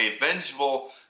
vengeful